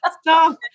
stop